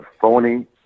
phony